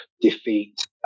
defeat